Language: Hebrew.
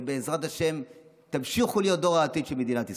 ובעזרת השם תמשיכו להיות דור העתיד של מדינת ישראל.